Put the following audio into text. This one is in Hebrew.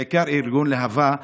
בעיקר ארגון להב"ה.